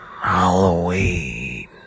Halloween